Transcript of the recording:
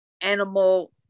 animal